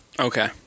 okay